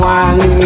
one